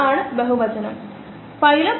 ആന്തരികവൽക്കരണത്തിന് ഇത് കുറച്ച് സമയമെടുക്കും